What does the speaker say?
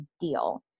deal